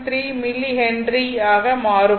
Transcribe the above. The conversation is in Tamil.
073 மில்லி ஹென்றி ஆக மாறும்